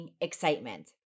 excitement